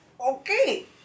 Okay